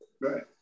right